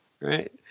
right